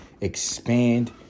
Expand